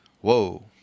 whoa